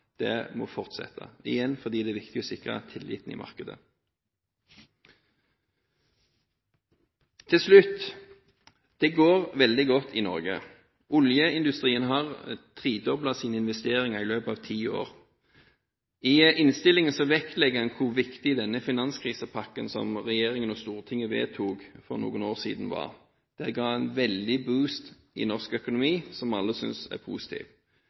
– må fortsette, igjen fordi det er viktig å sikre tilliten i markedet. Til slutt: Det går veldig godt i Norge. Oljeindustrien har tredoblet sine investeringer i løpet av ti år. I innstillingen vektlegger en hvor viktig finanskrisepakken fra regjeringen, som Stortinget vedtok for noen år siden, var. Det ga en veldig «boost» i norsk økonomi, som alle synes er